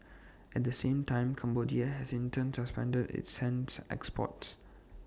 at the same time Cambodia has in turn suspended its sand exports